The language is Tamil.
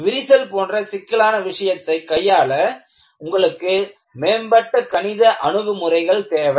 விரிசல் போன்ற சிக்கலான விஷயத்தை கையாள உங்களுக்கு மேம்பட்ட கணித அணுகுமுறைகள் தேவை